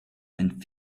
and